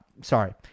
Sorry